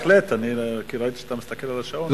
בהחלט, כי ראיתי שאתה מסתכל על השעון.